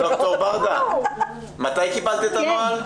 ד"ר ברדה, מתי קיבלת את הנוהל?